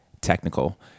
technical